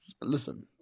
Listen